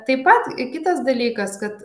taip pat kitas dalykas kad